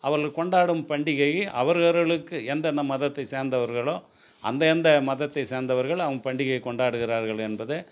அவர்கள் கொண்டாடும் பண்டிகையை அவர் அவர்களுக்கு எந்தந்த மதத்தை சேர்ந்தவர்களோ அந்த அந்த மதத்தை சேர்ந்தவர்கள் அவங்க பண்டிகையை கொண்டாடுகிறார்கள் என்பது